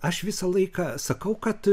aš visą laiką sakau kad